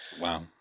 Wow